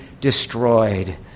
destroyed